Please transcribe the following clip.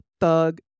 thug